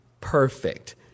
Perfect